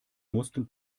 mussten